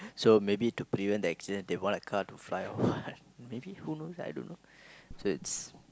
so maybe to prevent that accident they want a car to fly off what maybe who knows I don't know so it's